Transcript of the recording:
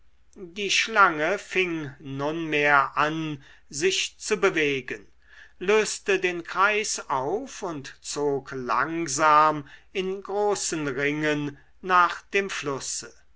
die schlange fing nunmehr an sich zu bewegen löste den kreis auf und zog langsam in großen ringen nach dem flusse